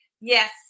yes